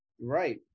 Right